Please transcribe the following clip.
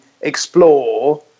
explore